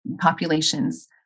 populations